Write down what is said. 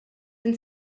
and